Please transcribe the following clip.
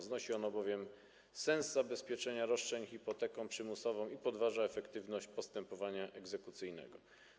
Znosi ono bowiem sens zabezpieczenia roszczeń hipoteką przymusową i podważa efektywność postępowania egzekucyjnego.